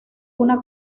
una